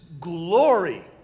glory